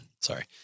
sorry